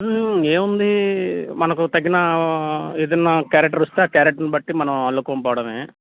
ఏముంది మనకు తగిన ఏదైనా కేరెక్టర వస్తే ఆ కేరెక్టర్ని బట్టి మనం అల్లుకుని పోవడమే